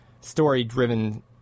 story-driven